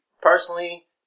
Personally